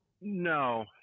no